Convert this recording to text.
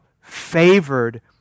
favored